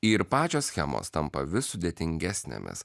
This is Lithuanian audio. ir pačios schemos tampa vis sudėtingesnėmis